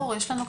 יש.